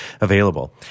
available